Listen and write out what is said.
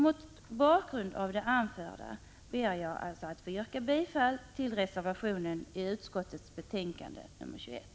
Mot bakgrund av det anförda ber jag att få yrka bifall till reservationen i utskottets betänkande nr 21.